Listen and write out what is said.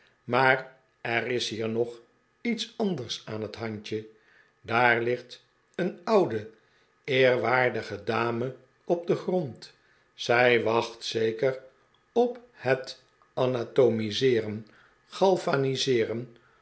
maar er is hier nog lets anders aan het handje daar ligt een oude eerwaardige dame op den grond zij wacht zeker op het anatomiseeren galvaniseeren